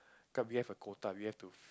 cause we have a quota we have to